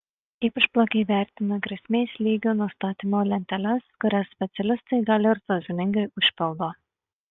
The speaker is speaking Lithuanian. ypač blogai vertinu grėsmės lygių nustatymo lenteles kurias specialistai gal ir sąžiningai užpildo